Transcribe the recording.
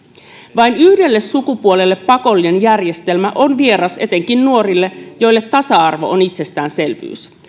vain yhdelle sukupuolelle pakollinen järjestelmä on vieras etenkin nuorille joille tasa arvo on itsestäänselvyys